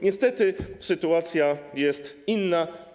Niestety sytuacja jest inna.